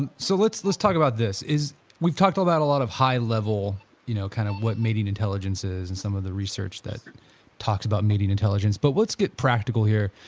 and so let's let's talk about this, we've talked about a lot of high level you know kind of what mating intelligence is and some of the research that talks about mating intelligence, but let's get practical here.